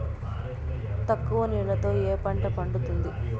తక్కువ నీళ్లతో ఏ పంట పండుతుంది?